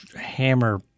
hammer